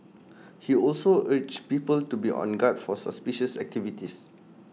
he also urged people to be on guard for suspicious activities